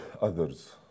others